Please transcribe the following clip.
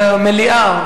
במליאה,